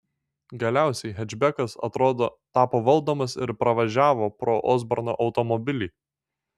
galiausiai hečbekas atrodo tapo valdomas ir pravažiavo pro osborno automobilį